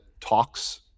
talks